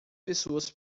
pessoas